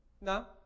No